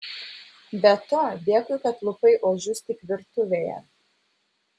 be to dėkui kad lupai ožius tik virtuvėje